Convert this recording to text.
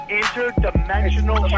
interdimensional